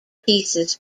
pieces